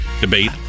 debate